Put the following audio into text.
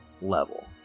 level